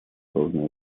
должны